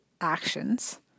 actions